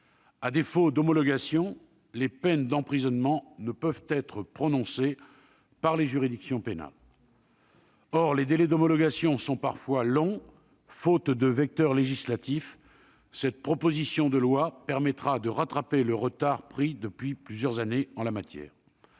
telle homologation, ces peines ne peuvent être prononcées par les juridictions pénales. Les délais d'homologation sont parfois longs, faute d'un vecteur législatif ; cette proposition de loi permettra donc de rattraper le retard pris, depuis plusieurs années, en la matière.